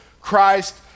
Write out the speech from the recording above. Christ